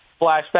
flashback